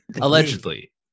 allegedly